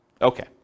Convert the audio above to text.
Okay